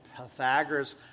Pythagoras